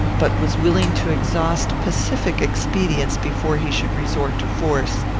but was willing to exhaust pacific expedients before he should resort to force.